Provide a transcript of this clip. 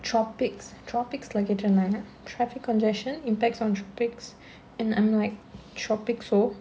tropics tropics leh கேட்ருந்தாங்க:kaettrundhaanga traffic congestion impacts on tropics and I'm like tropics so